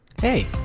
Hey